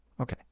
Okay